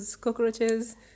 cockroaches